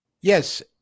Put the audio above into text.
Yes